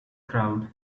crowd